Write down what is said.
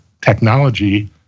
technology